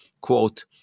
quote